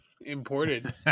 Imported